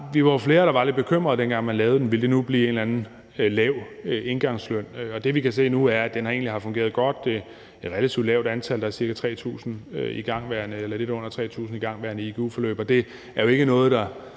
jo var flere, der var lidt bekymret, dengang man lavede den, for ville det nu blive en eller anden lav indgangsløn. Det, vi kan se nu, er, at den egentlig har fungeret godt, det er et relativt lavt antal, der er lidt under 3.000 igangværende egu-forløb, og det er jo ikke noget, der